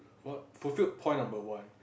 what fulfilled point number one